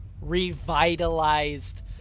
revitalized